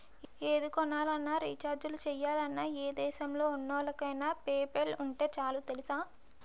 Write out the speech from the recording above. ఏది కొనాలన్నా, రీచార్జి చెయ్యాలన్నా, ఏ దేశంలో ఉన్నోళ్ళకైన పేపాల్ ఉంటే చాలు తెలుసా?